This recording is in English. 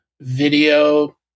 video